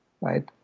right